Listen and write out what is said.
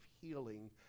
healing